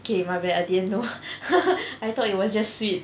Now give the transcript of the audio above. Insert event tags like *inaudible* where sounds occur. K my bad I didn't know *laughs* I thought it was just sweet